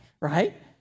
right